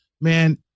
man